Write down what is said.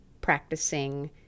practicing